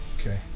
Okay